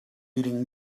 eating